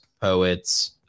poets